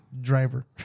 Driver